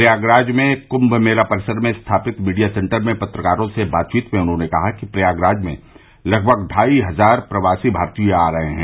प्रयागराज में कृंम मेला परिसर में स्थापित मीडिया सेन्टर में पत्रकारों से बातचीत में उन्होंने कहा कि प्रयागराज में लगभग ढाई हजार प्रवासी भारतीय आ रहे हैं